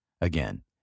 again